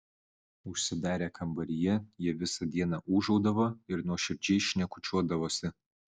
užsidarę kambaryje jie visą dieną ūžaudavo ir nuoširdžiai šnekučiuodavosi